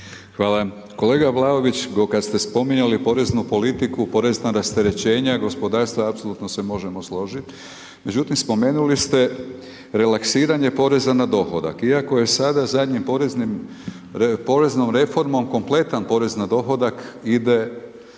Hvala. Kolega Vlaović, kad ste spominjali poreznu politiku, porezna rasterećenja gospodarstva, apsolutno se možemo složit. Međutim, spomenuli ste relaksiranje poreza na dohodak. Iako je sada, zadnjom poreznom reformom kompletan porez na dohodak ide